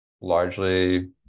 largely